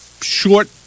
short